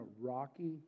rocky